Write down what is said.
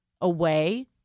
away